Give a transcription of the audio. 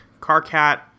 Carcat